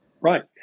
Right